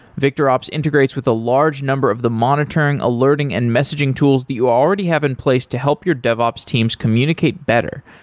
victorops integrates with a large number of the monitoring, alerting and messaging tools that you already have in place to help your dev ops teams communicate better,